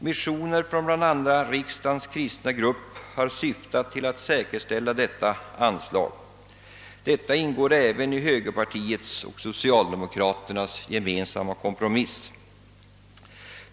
Motioner från bl.a. riksdagens kristna grupp har syftat till att säkerställa ifrågavarande anslag, och detta ingår också i högerpartiets och socialdemokraternas gemensamma kompromiss.